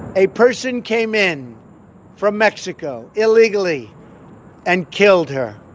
a person came in from mexico illegally and killed her.